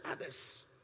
others